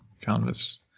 Canvas